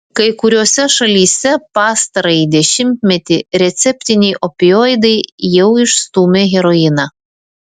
kai kuriose šalyse pastarąjį dešimtmetį receptiniai opioidai jau išstūmė heroiną